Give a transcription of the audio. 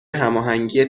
هماهنگی